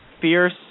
fierce